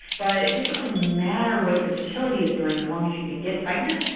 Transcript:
but it doesn't really matter what your fertility is doing, as long as you can get pregnant,